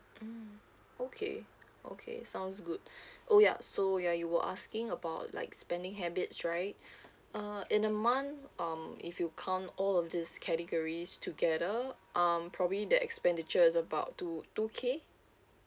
mm okay okay sounds good oh ya so ya you were asking about like spending habits right uh in the month um if you count all of these categories together um probably the expenditure is about to two K